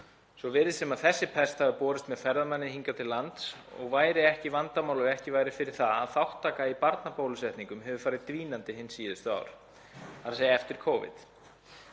Svo virðist sem þessi pest hafi borist með ferðamanni hingað til lands og væri ekki vandamál ef ekki væri fyrir það að þátttaka í barnabólusetningum hefur farið dvínandi hin síðustu ár, þ.e. eftir Covid.